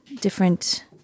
different